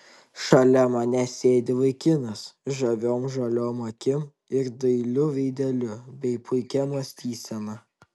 šalia manęs sėdi vaikinas žaviom žaliom akim ir dailiu veideliu bei puikia mąstysena